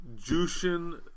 Jushin